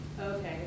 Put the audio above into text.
Okay